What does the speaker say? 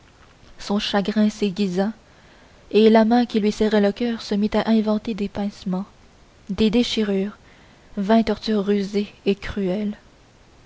son chagrin s'aiguisa et la main qui lui serrait le coeur se mit à inventer des pincements des déchirures vingt tortures rusées et cruelles